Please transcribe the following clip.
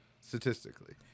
statistically